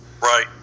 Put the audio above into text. Right